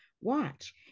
watch